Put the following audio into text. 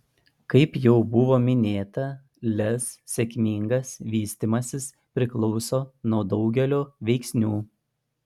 kaip jau buvo minėta lez sėkmingas vystymasis priklauso nuo daugelio veiksnių